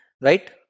Right